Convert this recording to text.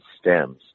stems